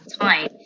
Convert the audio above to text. time